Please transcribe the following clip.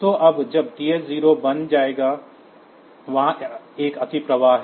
तो अब जब TH0 बन जाएगा वहाँ एक अतिप्रवाह है